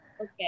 Okay